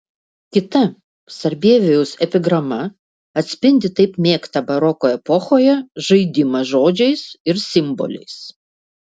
kita sarbievijaus epigrama atspindi taip mėgtą baroko epochoje žaidimą žodžiais ir simboliais